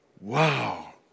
Wow